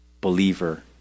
believer